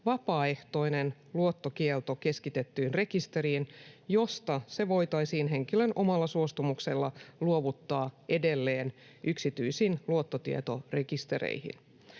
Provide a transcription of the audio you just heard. vapaaehtoinen luottokielto keskitettyyn rekisteriin, josta se voitaisiin henkilön omalla suostumuksella luovuttaa edelleen yksityisiin luottotietorekistereihin.